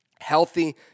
healthy